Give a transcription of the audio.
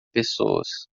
pessoas